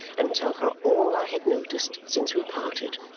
and tell her all i had noticed since we parted.